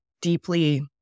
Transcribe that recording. deeply